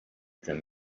can